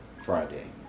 friday